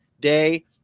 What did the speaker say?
day